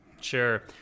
sure